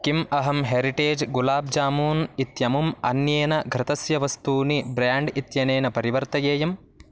किम् अहं हेरिटेज् गुलाब् जामून् इत्यमुम् अन्येन घृतस्य वस्तूनि ब्राण्ड् इत्यनेन परिवर्तयेयम्